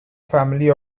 family